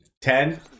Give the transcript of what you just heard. Ten